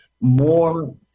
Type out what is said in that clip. more